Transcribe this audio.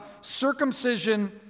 circumcision